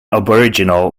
aboriginal